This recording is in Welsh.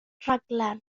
rhaglen